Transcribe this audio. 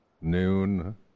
noon